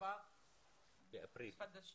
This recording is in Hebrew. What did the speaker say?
ארבעה חודשים, באפריל.